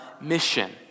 mission